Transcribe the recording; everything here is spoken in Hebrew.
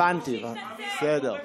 הבנתי, בסדר.